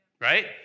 right